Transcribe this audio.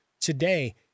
today